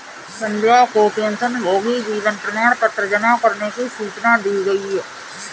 संध्या को पेंशनभोगी जीवन प्रमाण पत्र जमा करने की सूचना दी गई